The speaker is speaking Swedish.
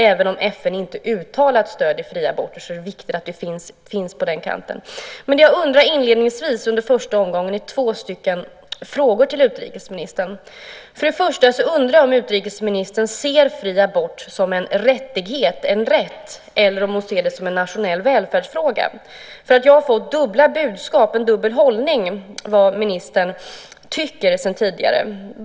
Även om inte FN uttalat stöder fria aborter är det viktigt att vi finns på den kanten. Det jag undrar över inledningsvis, under första omgången, är två frågor till utrikesministern. För det första undrar jag om utrikesministern ser fri abort som en rättighet eller om hon ser det som en nationell välfärdsfråga. För jag har fått dubbla budskap, en dubbel hållning, när det gäller vad ministern tycker sedan tidigare.